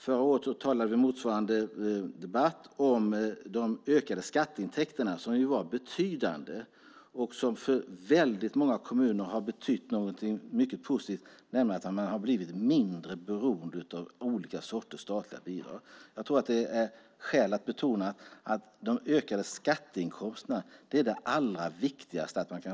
Förra året talade vi i motsvarande debatt om de ökade skatteintäkterna, som ju var betydande och som för många kommuner har betytt något mycket positivt, nämligen att man har blivit mindre beroende av olika sorters statliga bidrag. Jag tror att det finns skäl att betona att de ökade skatteinkomsterna är det allra viktigaste.